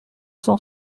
cent